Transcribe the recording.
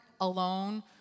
alone